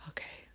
Okay